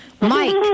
Mike